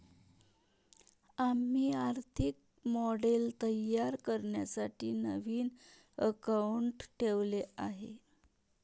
आम्ही आर्थिक मॉडेल तयार करण्यासाठी नवीन अकाउंटंट ठेवले आहे